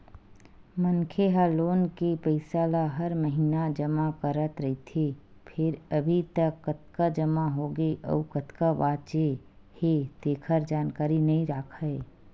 मनखे ह लोन के पइसा ल हर महिना जमा करत रहिथे फेर अभी तक कतका जमा होगे अउ कतका बाचे हे तेखर जानकारी नइ राखय